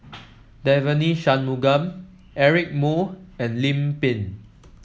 Devagi Sanmugam Eric Moo and Lim Pin